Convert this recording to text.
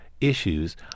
issues